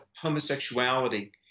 homosexuality